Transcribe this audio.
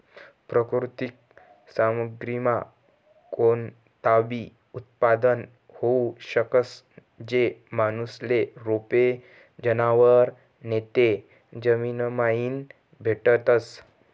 प्राकृतिक सामग्रीमा कोणताबी उत्पादन होऊ शकस, जे माणूसले रोपे, जनावरं नैते जमीनमाईन भेटतस